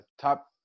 top